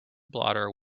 blotter